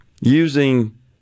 using